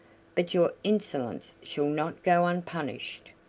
but your insolence shall not go unpunished.